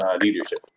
leadership